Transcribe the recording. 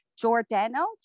Giordano